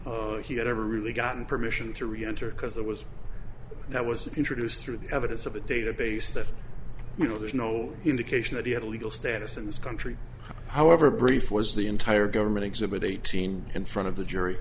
not he had ever really gotten permission to reenter because there was that was introduced through the evidence of a database that you know there's no indication that he had a legal status in this country however brief was the entire government exhibit eighteen in front of